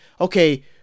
Okay